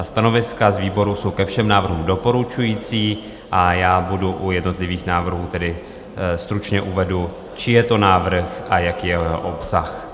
Stanoviska z výboru jsou ke všem návrhům doporučující a já u jednotlivých návrhů stručně uvedu, čí je to návrh a jaký je jeho obsah.